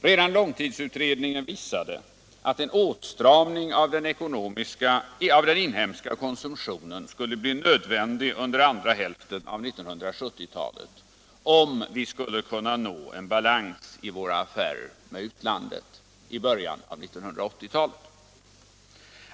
Redan långtidsutredningen visade att en åtstramning av den inhemska konsumtionen skulle bli nödvändig under andra hälften av 1970-talet om vi skulle kunna uppnå en balans i våra affärer med utlandet i början av 1980-talet.